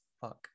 fuck